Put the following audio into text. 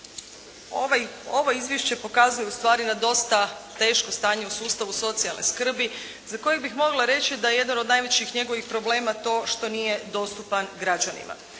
ovo izvješće pokazuje ustvari na dosta teško stanje u sustavu socijalne skrbi za koje bih mogla reći da je jedan od najvećih njegovih problema to što nije dostupan građanima.